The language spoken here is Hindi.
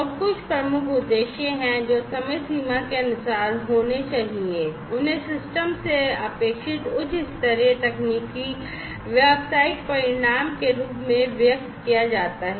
और कुछ प्रमुख उद्देश्य हैं जो समय सीमा के अनुसार होने चाहिए और उन्हें सिस्टम से अपेक्षित उच्च स्तरीय तकनीकी व्यावसायिक परिणाम के रूप में व्यक्त किया जाता है